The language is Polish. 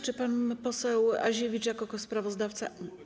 Czy pan poseł Aziewicz jako sprawozdawca.